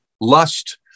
lust